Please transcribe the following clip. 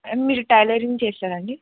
మీరు టైలరింగ్ చేస్తారండి